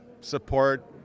support